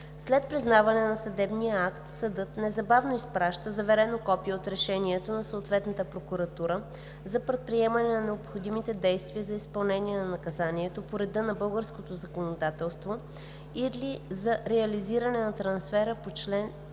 След признаване на съдебния акт съдът незабавно изпраща заверено копие от решението на съответната прокуратура за предприемане на необходимите действия за изпълнение на наказанието по реда на българското законодателство или за реализиране на трансфера по чл.